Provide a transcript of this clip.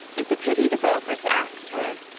it's a pity the beauforts asked her,